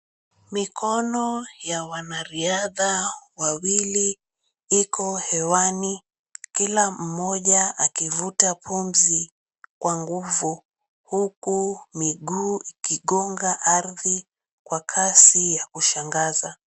Mikono ya wanariadha wawili iko hewani kila mmoja akivuta pumzi kwa nguvu, huku miguu ikigonga ardhi kwa kasi ya kushangaza.